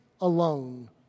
alone